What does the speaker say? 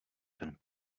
ten